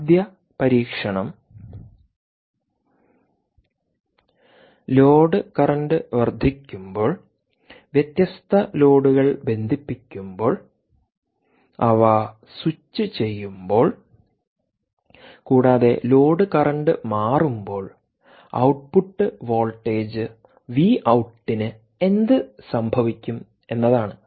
ആദ്യ പരീക്ഷണം load current വർദ്ധിക്കുമ്പോൾ വ്യത്യസ്ത ലോഡുകൾ ബന്ധിപ്പിക്കുമ്പോൾ അവ സ്വിച്ചുചെയ്യുമ്പോൾ കൂടാതെ ലോഡ് കറന്റ് മാറുമ്പോൾ ഔട്ട്പുട്ട് വോൾട്ടേജ് വി ഔട്ടിന് എന്ത് സംഭവിക്കും എന്നതാണ്